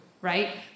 right